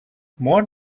more